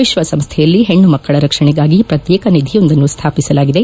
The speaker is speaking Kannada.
ವಿಶ್ವಸಂಸ್ಥೆಯಲ್ಲಿ ಹೆಣ್ಣುಮಕ್ಕಳ ರಕ್ಷಣೆಗಾಗಿ ಪ್ರತ್ತೇಕ ನಿಧಿಯೊಂದನ್ನು ಸ್ವಾಪಿಸಲಾಗಿದೆ